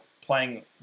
playing